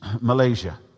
Malaysia